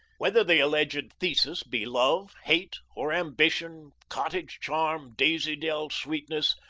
whether the alleged thesis be love, hate, or ambition, cottage charm, daisy dell sweetness,